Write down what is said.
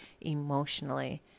emotionally